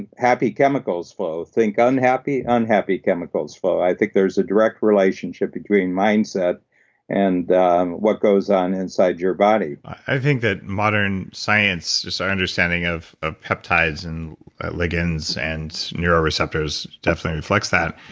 and happy chemicals flow. think unhappy, unhappy chemicals flow. i think there's a direct relationship between mindset and what goes on inside your body i think that modern science, just our understanding of ah peptides and like and neuroreceptors definitely reflects that.